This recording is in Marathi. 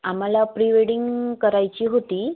आम्हाला प्री वेडिंग करायची होती